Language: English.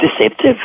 deceptive